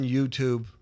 YouTube